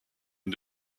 une